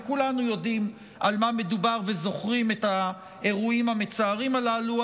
וכולנו יודעים במה מדובר וזוכרים את האירועים המצערים הללו,